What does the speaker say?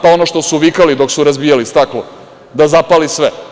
Pa ono što su vikali dok su razbijali staklo – da zapali sve.